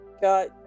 got